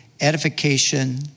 edification